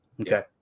Okay